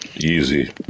Easy